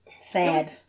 Sad